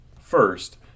First